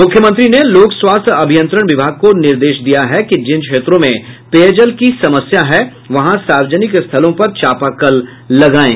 मुख्यमंत्री ने लोक स्वास्थ्य अभियंत्रण विभाग को निर्देश दिया कि जिन क्षेत्रों में पेयजल की समस्या है वहां सार्वजनिक स्थलों पर चापाकल लगायें